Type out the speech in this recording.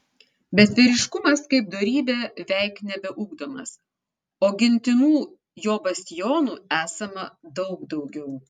bet vyriškumas kaip dorybė veik nebeugdomas o gintinų jo bastionų esama daug daugiau